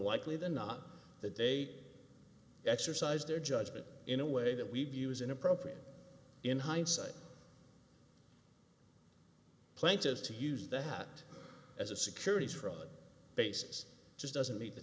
likely than not that date exercised their judgment in a way that we view as inappropriate in hindsight plaintive to use that as a securities fraud basis just doesn't meet the